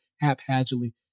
haphazardly